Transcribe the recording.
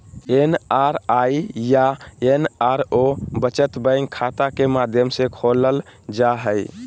NRE या NRO बचत bank खाता के माध्यम से खोलल जा हइ